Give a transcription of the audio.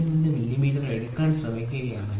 02 millimetre എടുക്കാൻ ശ്രമിക്കുകയാണെങ്കിൽ